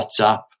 WhatsApp